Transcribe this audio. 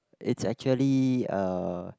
it's actually uh